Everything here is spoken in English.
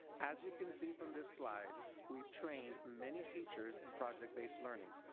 as you can see from this slide we have trained many teachers in project-based learning.